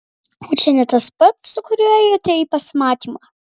o čia ne tas pats su kuriuo ėjote į pasimatymą